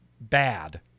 bad